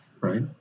Right